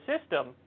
system